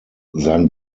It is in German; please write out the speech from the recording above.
sein